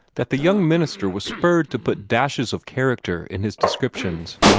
that the young minister was spurred to put dashes of character in his descriptions,